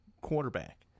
quarterback